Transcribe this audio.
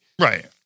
Right